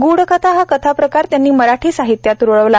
गूढकथा हा कथाप्रकार त्यांनी मराठी साहित्यात रुळवला